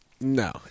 No